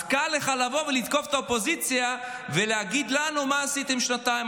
אז קל לבוא ולתקוף את האופוזיציה ולהגיד לנו: מה עשיתם שנתיים?